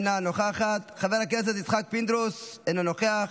אינה נוכחת, חבר הכנסת יצחק פינדרוס, אינו נוכח,